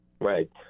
Right